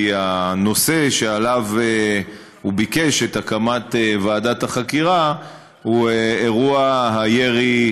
כי הנושא שעליו הוא ביקש את הקמת ועדת החקירה הוא אירוע הירי,